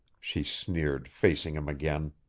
she sneered, facing him again.